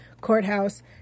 courthouse